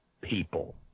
people